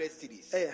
cities